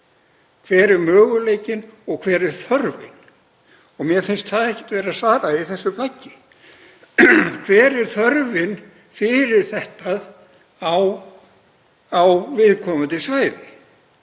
Hver er möguleikinn og hver er þörfin? Mér finnst því ekki vera svarað í þessu plaggi. Hver er þörfin fyrir þetta úrræði á viðkomandi svæði?